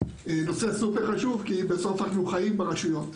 נושא מאוד חשוב כי בסוף אנחנו חיים ברשויות.